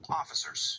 officers